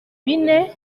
bine